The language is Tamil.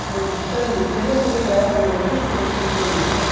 ஓகே சார் சார் எனக்கு சரியாக தெரியலை நீங்கள் லொகேஷன் மட்டும் செண்ட் பண்ணிடுங்க சார்